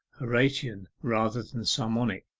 horatian rather than psalmodic